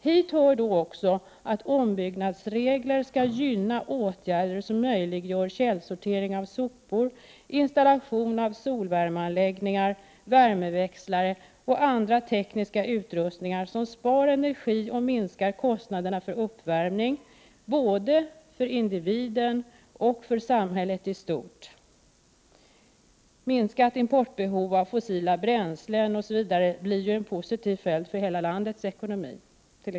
Hit hör då också att ombyggnadsregler skall gynna åtgärder som möjliggör källsortering av sopor, installation av solvärmeanläggningar, värmeväxlare och andra tekniska utrustningar som spar energi och minskar kostnaderna för uppvärmning — både för individen och för samhället i stort. Minskat importbehov av fossila bränslen osv. blir ju t.ex. en positiv följd för hela landets ekonomi.